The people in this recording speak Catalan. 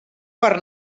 per